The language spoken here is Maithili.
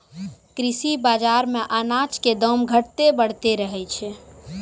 कृषि बाजार मॅ अनाज के दाम घटतॅ बढ़तॅ रहै छै